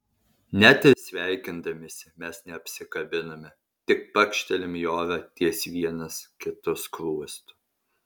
net ir sveikindamiesi mes neapsikabiname tik pakštelim į orą ties vienas kito skruostu